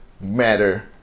Matter